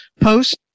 post